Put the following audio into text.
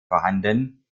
vorhanden